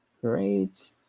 Great